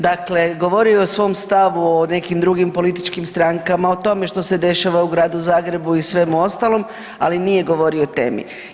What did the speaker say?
Dakle, govorio je o svom stavu o nekim drugim političkim strankama, o tome što se dešava u Gradu Zagrebu i svemu ostalom, ali nije govorio o temi.